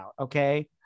Okay